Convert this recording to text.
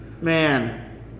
Man